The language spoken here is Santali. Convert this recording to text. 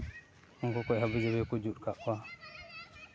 ᱩᱱᱠᱩ ᱠᱩᱡ ᱦᱟᱹᱵᱤ ᱧᱩᱧᱩ ᱠᱚ ᱡᱩᱛ ᱠᱟᱜ ᱠᱚᱣᱟ